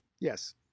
Yes